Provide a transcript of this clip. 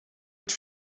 uit